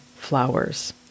flowers